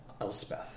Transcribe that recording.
Elspeth